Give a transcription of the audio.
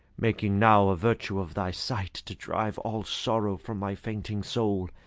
making now a virtue of thy sight, to drive all sorrow from my fainting soul,